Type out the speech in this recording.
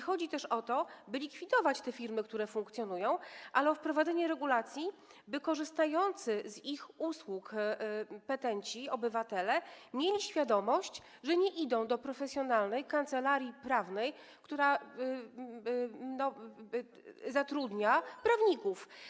Chodzi nie o to, by likwidować te firmy, które funkcjonują, ale o wprowadzenie regulacji, tak by korzystający z ich usług petenci, obywatele mieli świadomość, że nie idą do profesjonalnej kancelarii prawnej, która zatrudnia prawników.